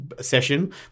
session